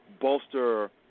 bolster